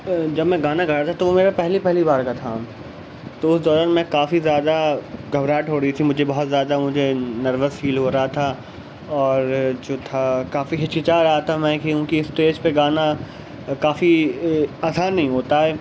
جب میں گانا گا رہا تھا تو وہ میرا پہلی پہلی بار کا تھا تو اس دوران میں کافی زیادہ گھبراہٹ ہو رہی تھی مجھے بہت زیادہ مجھے نروس فیل ہو رہا تھا اور جو تھا کافی ہچکچا رہا تھا میں کیوںکہ اسٹیج پہ گانا کافی آسان نہیں ہوتا ہے